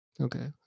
Okay